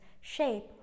shape